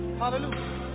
hallelujah